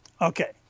Okay